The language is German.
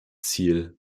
ziel